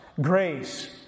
Grace